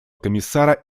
комиссара